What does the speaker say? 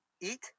Eat